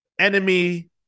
enemy